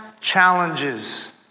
challenges